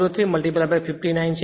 03 59 છે